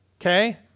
okay